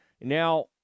Now